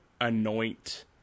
anoint